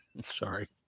Sorry